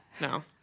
No